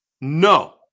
No